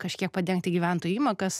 kažkiek padengti gyventojų įmokas